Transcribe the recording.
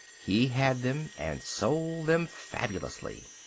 he had them, and sold them fabulously.